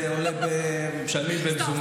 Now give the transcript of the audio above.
זה עולה, משלמים במזומן.